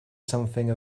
something